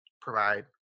provide